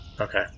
Okay